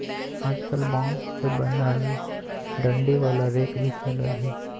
आजकल बांस से बनल डंडी वाला रेक भी चलल हय